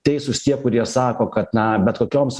teisūs tie kurie sako kad na bet kokioms